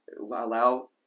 allow